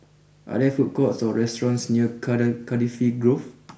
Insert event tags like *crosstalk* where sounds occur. are there food courts or restaurants near *unintelligible* Cardifi Grove